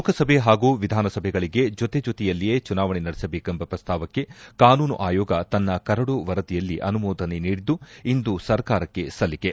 ಲೋಕಸಭೆ ಹಾಗೂ ವಿಧಾನಸಭೆಗಳಿಗೆ ಜೊತೆ ಜೊತೆಯಲ್ಲಿಯೇ ಚುನಾವಣೆ ನಡೆಸಬೇಕೆಂಬ ಪ್ರಸ್ತಾವಕ್ಕೆ ಕಾನೂನು ಆಯೋಗ ತನ್ನ ಕರಡು ವರದಿಯಲ್ಲಿ ಅನುಮೋದನೆ ನೀಡಿದ್ದು ಇಂದು ಸರ್ಕಾರಕ್ಷೆ ಸಲ್ಲಿಕೆ